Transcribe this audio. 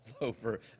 over